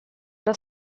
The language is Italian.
era